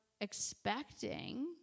expecting